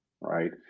Right